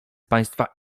państwa